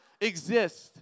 exist